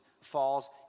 falls